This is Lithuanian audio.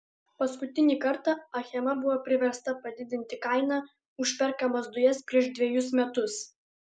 paskutinį kartą achema buvo priversta padidinti kainą už perkamas dujas prieš dvejus metus